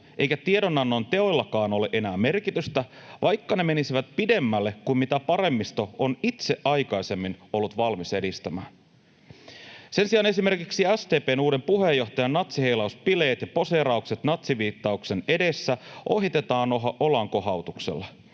eikä tiedonannon teoillakaan ole enää merkitystä, vaikka ne menisivät pidemmälle kuin mitä paremmisto on itse aikaisemmin ollut valmis edistämään. Sen sijaan esimerkiksi SDP:n uuden puheenjohtajan natsiheilausbileet ja poseeraukset natsiviittauksen edessä ohitetaan olankohautuksella,